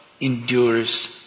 endures